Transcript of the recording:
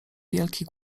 wielki